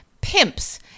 pimps